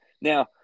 Now